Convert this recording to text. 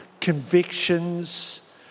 convictions